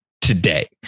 today